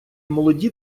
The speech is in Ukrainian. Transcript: молоді